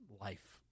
life